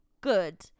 good